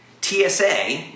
TSA